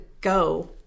go